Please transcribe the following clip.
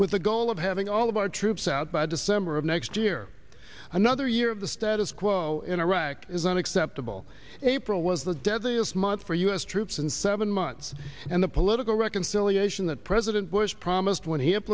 with the goal of having all of our troops out by december of next year another year of the status quo in iraq is unacceptable april was the deadliest month for u s troops in seven months and the political reconciliation that president bush promised